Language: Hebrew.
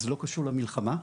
וזה לא קשור למלחמה,